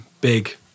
big